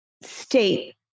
state